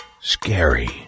scary